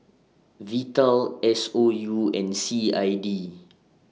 Vital S O U and C I D